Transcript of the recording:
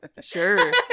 sure